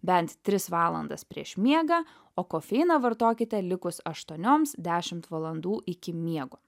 bent tris valandas prieš miegą o kofeiną vartokite likus aštuonioms dešimt valandų iki miego